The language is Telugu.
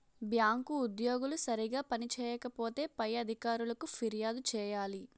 బ్యాంకు ఉద్యోగులు సరిగా పని చేయకపోతే పై అధికారులకు ఫిర్యాదు చేయాలి